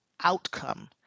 outcome